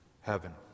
Heaven